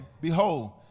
Behold